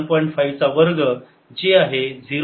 5 चा वर्ग जे आहे 0